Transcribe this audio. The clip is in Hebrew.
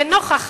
לנוכח